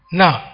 now